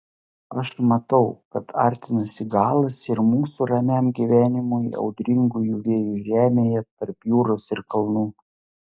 aš matau kad artinasi galas ir mūsų ramiam gyvenimui audringųjų vėjų žemėje tarp jūros ir kalnų